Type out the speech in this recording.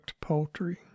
poultry